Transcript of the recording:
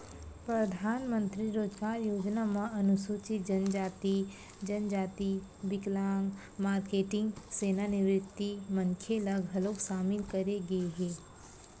परधानमंतरी रोजगार योजना म अनुसूचित जनजाति, जनजाति, बिकलांग, मारकेटिंग, सेवानिवृत्त मनखे ल घलोक सामिल करे गे हे